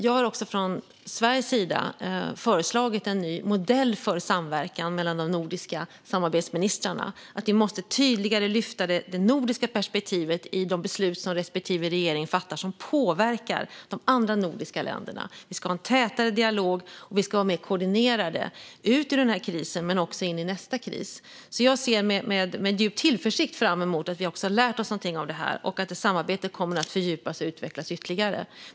Jag har från Sveriges sida föreslagit en ny modell för samverkan mellan de nordiska samarbetsministrarna och att vi tydligare måste lyfta det nordiska perspektivet i de beslut som respektive regering fattar som påverkar de andra nordiska länderna. Vi ska ha en tätare dialog, och vi ska vara mer koordinerade ut ur den här krisen men också in i nästa kris. Jag ser med djup tillförsikt fram emot att vi också kommer att ha lärt oss någonting av det här och att samarbetet kommer att fördjupas och utvecklas ytterligare.